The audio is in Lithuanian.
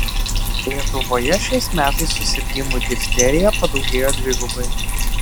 lietuvoje šiais metais susirgimų difterija padaugėjo dvigubai